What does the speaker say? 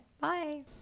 bye